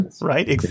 right